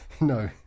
No